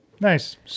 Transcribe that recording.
Nice